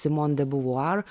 simon de buvuor